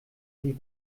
die